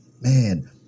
man